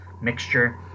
mixture